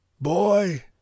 Boy